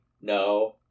No